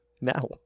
Now